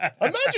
Imagine